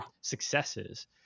successes